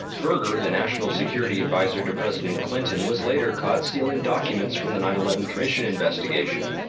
berger, the national security advisor to president clinton, was later caught stealing documents from the nine eleven commission investigation.